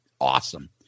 awesome